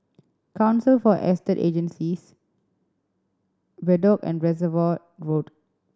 Council for Estate Agencies Bedok and Reservoir Road